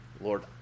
Lord